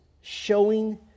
showing